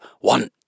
One